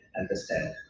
understand